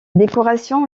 décoration